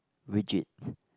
rigid